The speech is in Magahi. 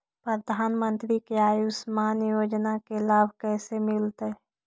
प्रधानमंत्री के आयुषमान योजना के लाभ कैसे मिलतै?